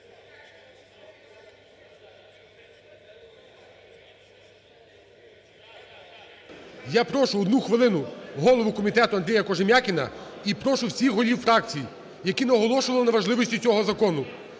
Я прошу одну хвилину голову комітету Андрія Кожем'якіна і прошу всіх голів фракцій, які наголошували на важливості цього закону,